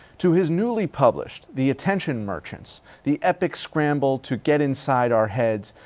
to his newly published the attention merchants the epic scramble to get inside our heads,